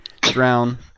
drown